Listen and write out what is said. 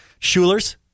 schulers